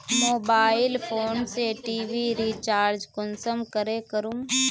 Mobile phone से TV recharge कुंसम करे करूम?